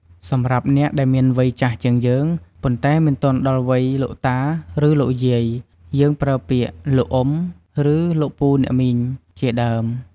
សម្រាប់អ្នកដែលមានវ័យចាស់ជាងយើង ប៉ុន្តែមិនទាន់ដល់វ័យលោកតាឬលោកយាយ យើងប្រើពាក្យ លោកអ៊ុំ ឬ លោកពូអ្នកមីងជាដើម។